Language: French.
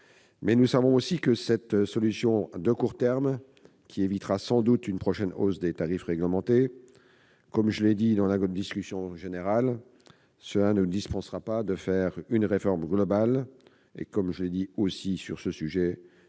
Mais nous savons aussi que cette solution de court terme évitera sans doute une prochaine hausse des tarifs réglementés. Comme je l'ai dit dans la discussion générale, cela ne dispensera pas d'entreprendre une réforme globale. Nous serons vigilants sur la